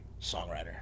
songwriter